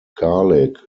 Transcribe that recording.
garlic